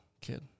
kid